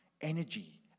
energy